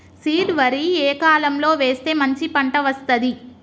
Seed వరి ఏ కాలం లో వేస్తే మంచి పంట వస్తది?